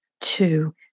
two